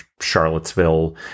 Charlottesville